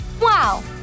Wow